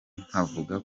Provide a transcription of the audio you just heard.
nkavuga